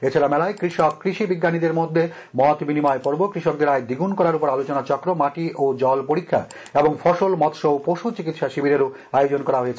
এছাড়া মেলায় কৃষক ও কৃষি বিজ্ঞানীদের মধ্যে মতবিনিময় পর্ব কৃষকদের আয় দ্বিগুন করার উপর আলোচনাচক্র মাটি ও জল পরীক্ষা এবং ফসল মৎস্য ও পশু চিকিৎসা শিবিরেরও আয়োজন করা হয়েছে